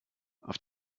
auf